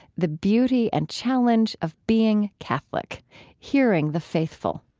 the beauty and challenge of being catholic hearing the faithful.